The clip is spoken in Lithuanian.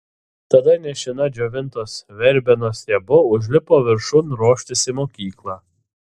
tada nešina džiovintos verbenos stiebu užlipo viršun ruoštis į mokyklą